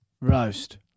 Roast